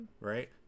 Right